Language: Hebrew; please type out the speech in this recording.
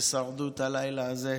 ששרדו את הלילה הזה.